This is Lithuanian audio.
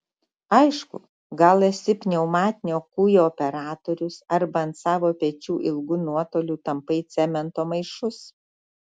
aišku gal esi pneumatinio kūjo operatorius arba ant savo pečių ilgu nuotoliu tampai cemento maišus